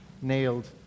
nailed